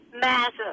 Massive